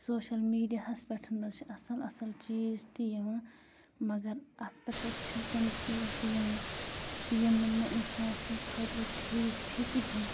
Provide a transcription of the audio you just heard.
social میٖڈیاہَس پٮ۪ٹھ حظ چھِ اَصٕل اَصٕل چیٖز تہِ یِوان مگر اَتھ پٮ۪ٹھ حظ چھِ تِم چیٖز تہِ یِوان یِم نہٕ اِنسان سٕنٛدۍ خٲطرٕ ٹھیٖک چھِ کِہیٖنۍ